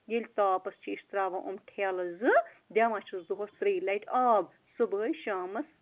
ییٚلہِ تاپَس چھِ أسۍ ترٛاوان یِم ٹھیلہٕ زٕ دِوان چھِس دۄہَس ترٛیٚیہِ لَٹہِ آب صُبحٲے شامَس